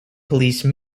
police